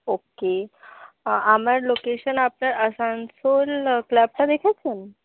ওকে আমার লোকেশন আপনার আসানসোল ক্লাবটা দেখেছেন